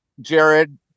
Jared